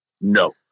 No